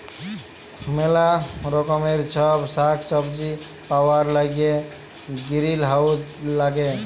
ম্যালা রকমের ছব সাগ্ সবজি পাউয়ার ল্যাইগে গিরিলহাউজ ল্যাগে